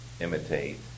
imitate